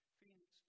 Phoenix